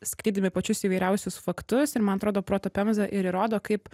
skaitydami pačius įvairiausius faktus ir man atrodo proto pemza ir įrodo kaip